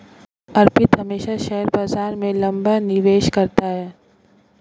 अर्पित हमेशा शेयर बाजार में लंबा निवेश करता है